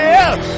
Yes